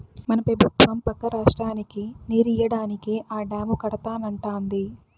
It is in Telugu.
మన పెబుత్వం పక్క రాష్ట్రానికి నీరియ్యడానికే ఆ డాము కడతానంటాంది